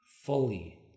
fully